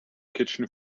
kitchen